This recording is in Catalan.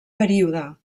període